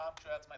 מע"מ של העצמאי.